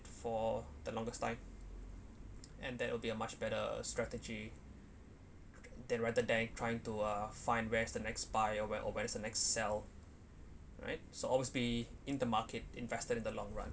for the longest time and that will be a much better strategy that rather than trying to uh find where's the next buy or where or where's the next sell right so always be in the market invested in the long run